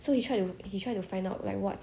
he realise right actually the girlfriend is trying to